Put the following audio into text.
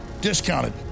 discounted